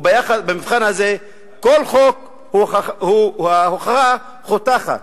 במבחן הזה כל חוק הוא הוכחה חותכת,